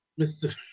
Mr